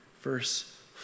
verse